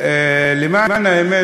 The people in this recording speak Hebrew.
למען האמת,